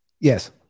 Yes